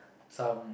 some